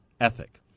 ethic